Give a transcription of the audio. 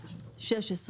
16,